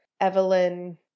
Evelyn